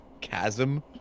chasm